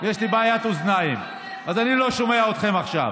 יש לי בעיית אוזניים, אז אני לא שומע אתכם עכשיו.